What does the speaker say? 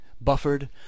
buffered